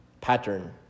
Pattern